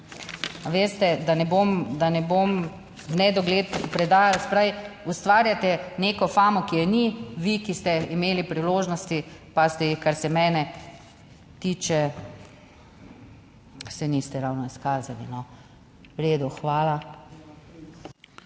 Veste, da ne bom v nedogled predal. Se pravi, ustvarjate neko famo, ki je ni, vi, ki ste imeli priložnosti pa si, kar se mene tiče se niste ravno izkazali. V redu. Hvala.